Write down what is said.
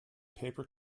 paper